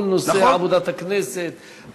כל נושא עבודת הכנסת,